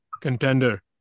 contender